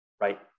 right